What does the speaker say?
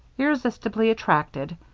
irresistibly attracted,